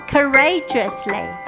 Courageously